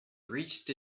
reached